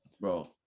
Bro